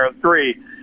three